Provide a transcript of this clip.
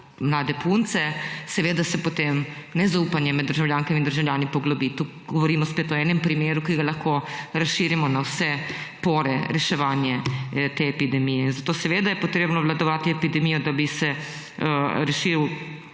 mlade punce. Seveda se potem nezaupanje med državljankami in državljani poglobi. Govorimo spet o enem primeru, ki ga lahko razširimo na vse pore reševanja te epidemije. Zato je seveda potrebno obvladovati epidemijo, da bi se vsaj